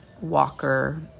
Walker